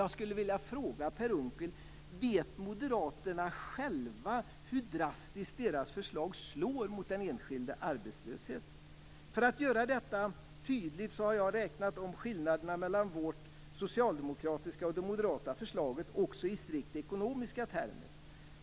Jag skulle vilja fråga Per Unckel: Vet moderaterna själva hur drastiskt deras förslag slår mot den enskilde arbetslöse? För att göra detta tydligt har jag räknat på skillnaderna mellan vårt socialdemokratiska och det moderata förslaget också i strikt ekonomiska termer.